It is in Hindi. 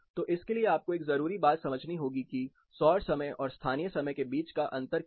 तो इसके लिए आपको एक जरूरी बात समझनी होगी कि सौर समय और स्थानीय समय के बीच का अंतर क्या है